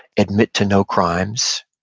admit to no crimes,